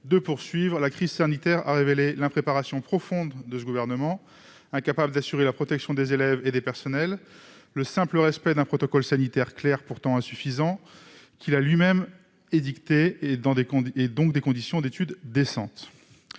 de poursuivre, la crise sanitaire a révélé l'impréparation profonde du Gouvernement, incapable d'assurer la protection des élèves et des personnels, le simple respect d'un protocole sanitaire pourtant insuffisant qu'il a lui-même édicté et, donc, des conditions d'études décentes.